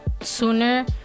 sooner